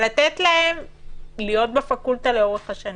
אבל לתת להם להיות בפקולטה לאורך השנים,